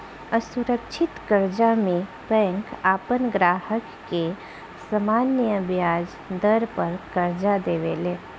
असुरक्षित कर्जा में बैंक आपन ग्राहक के सामान्य ब्याज दर पर कर्जा देवे ले